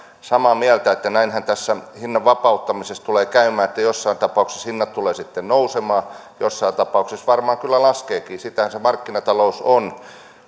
samaa mieltä että näinhän tässä hinnan vapauttamisessa tulee käymään joissakin tapauksissa hinnat tulevat nousemaan joissakin tapauksissa ne varmaan laskevatkin sitähän se markkinatalous on